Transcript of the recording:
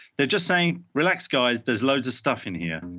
they're just saying, relax guys, there's loads of stuff in here.